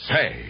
Say